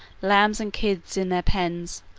lambs and kids in their pens,